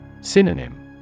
Synonym